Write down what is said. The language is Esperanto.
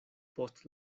post